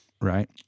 right